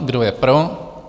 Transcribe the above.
Kdo je pro?